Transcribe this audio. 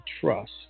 trust